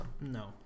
No